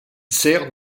sert